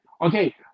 Okay